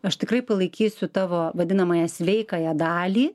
aš tikrai palaikysiu tavo vadinamąją sveikąją dalį